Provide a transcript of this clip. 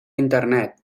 internet